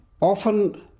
Often